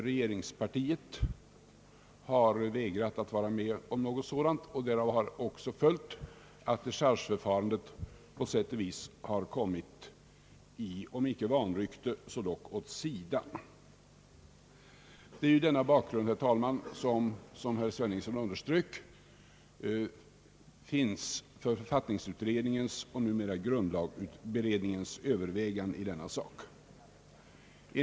Regeringspartiet har vägrat att vara med om någonting sådant, och därav har också följt att dechargeförfarandet på sätt och vis kommit i om icke vanrykte så dock åt sidan. Det är denna bakgrund, herr talman, som herr Sveningsson underströk, som finns för författningsutredningens och numera grundlagsberedningens övervägande i denna sak.